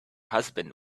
husband